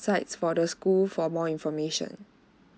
for the school for more information